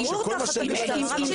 ברור תחת המשטרה.